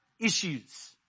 issues